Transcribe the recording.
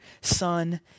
Son